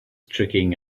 tricking